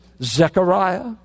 Zechariah